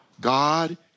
God